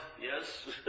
Yes